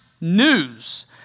news